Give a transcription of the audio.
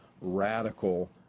radical